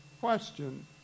question